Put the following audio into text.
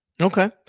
Okay